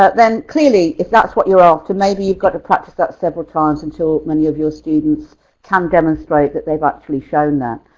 ah then clearly if that's what you're after, maybe you've got to practice that several times until many of your students can demonstrate that they've actually shown that.